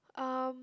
um